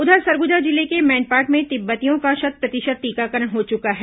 उधर सरगुजा जिले के मैनपाट में तिब्बतियों का शत प्रतिशत टीकाकरण हो चुका है